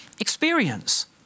experience